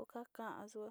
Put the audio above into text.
okanxu.